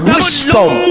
Wisdom